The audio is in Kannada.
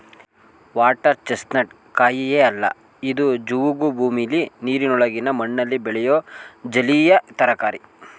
ವಾಟರ್ ಚೆಸ್ನಟ್ ಕಾಯಿಯೇ ಅಲ್ಲ ಇದು ಜವುಗು ಭೂಮಿಲಿ ನೀರಿನೊಳಗಿನ ಮಣ್ಣಲ್ಲಿ ಬೆಳೆಯೋ ಜಲೀಯ ತರಕಾರಿ